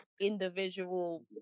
individual